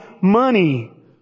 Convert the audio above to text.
money